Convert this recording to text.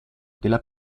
della